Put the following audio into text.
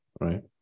Right